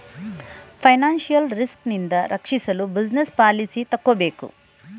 financial risk ನಿಂದ ರಕ್ಷಿಸಲು business policy ತಕ್ಕೋಬೇಕು